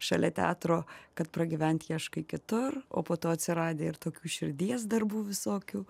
šalia teatro kad pragyvent ieškai kitur o po to atsiradę ir tokių širdies darbų visokių